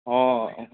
ହଁ